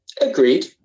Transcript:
agreed